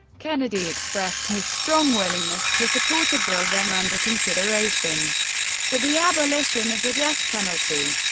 kennedy expressed his strong willingness to support a bill then under consideration for the abolition of the death penalty.